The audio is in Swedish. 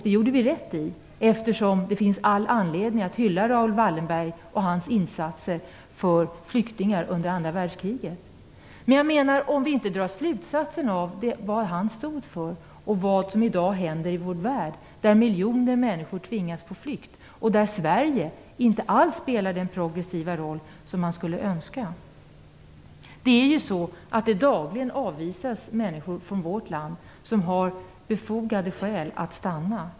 Det gjorde vi rätt i, eftersom det finns all anledning att hylla Raoul Wallenberg och hans insatser för flyktingar under andra världskriget. Men vi måste dra slutsatser av det han stod för och av det som händer i vår värld i dag, där miljoner människor tvingas på flykt och där Sverige inte alls spelar den progressiva roll som man skulle önska. Det avvisas ju dagligen människor från vårt land som har befogade skäl att stanna.